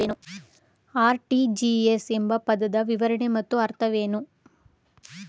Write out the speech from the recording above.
RTGS ಎಂಬ ಪದದ ವಿವರಣೆ ಮತ್ತು ಅರ್ಥವೇನು?